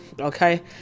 okay